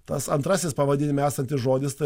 tas antrasis pavadinime esantis žodis tai